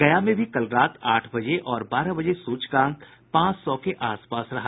गया में भी कल रात आठ बजे और बारह बजे सूचकांक पांच सौ के आस पास रहा